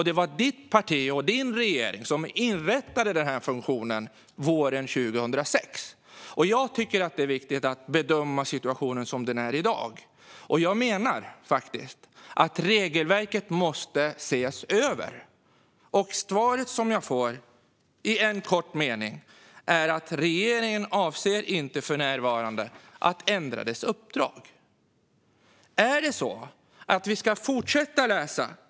Det var ditt parti och din regering som inrättade funktionen våren 2006. Det är viktigt att bedöma situationen som den är i dag. Jag menar att regelverket måste ses över. Svaret som jag får i en kort mening är att regeringen för närvarande inte avser att ändra dess uppdrag.